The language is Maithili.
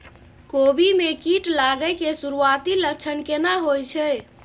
कोबी में कीट लागय के सुरूआती लक्षण केना होय छै